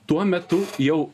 tuo metu jau